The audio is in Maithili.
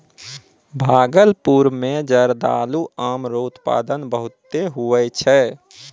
भागलपुर मे जरदालू आम रो उत्पादन बहुते हुवै छै